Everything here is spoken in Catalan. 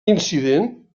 incident